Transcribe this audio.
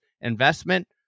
investment